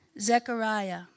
Zechariah